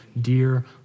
dear